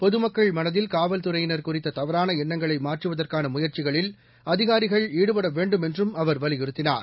பொதுமக்கள் மனதில் காவல்துறையினர் குறித்த தவறான எண்ணங்களை மாற்றுவதற்கான முயற்சிகளில் அதிகாரிகள் ஈடுபட வேண்டும் என்றும் அவர் வலியுறுத்தினார்